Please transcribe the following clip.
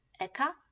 eka